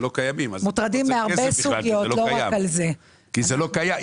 שלא קיימים אז בשביל מה צריך כסף בכלל אם זה לא קיים?